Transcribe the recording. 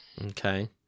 Okay